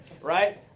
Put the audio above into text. Right